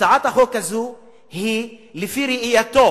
הצעת החוק הזו היא לפי ראייתו